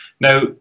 Now